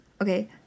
okay